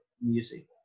music